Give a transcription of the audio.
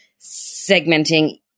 segmenting